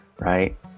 right